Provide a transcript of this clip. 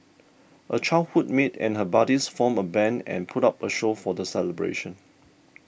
a childhood mate and her buddies formed a band and put up a show for the celebration